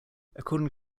according